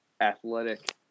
athletic